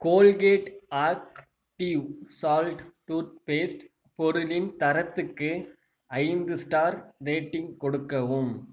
Colgate active salt tooth paste பொருளின் தரத்துக்கு ஐந்து ஸ்டார் ரேட்டிங் கொடுக்கவும்